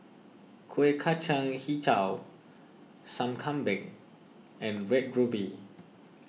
Kueh Kacang HiJau Sup Kambing and Red Ruby